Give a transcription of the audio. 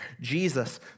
Jesus